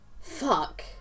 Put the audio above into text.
Fuck